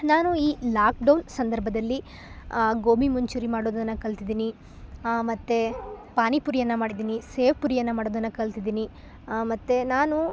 ನಾನು ಈ lockdown ಸಂದರ್ಭದಲ್ಲಿ ಗೋಬಿಮಂಚುರಿ ಮಾಡೋದನ್ನು ಕಲಿತಿದ್ದೀನಿ ಮತ್ತು ಪಾನಿಪುರಿಯನ್ನು ಮಾಡಿದ್ದೀನಿ ಸೇವ್ ಪುರಿಯನ್ನು ಮಾಡೋದನ್ನು ಕಲಿತಿದ್ದೀನಿ ಮತ್ತೆ ನಾನು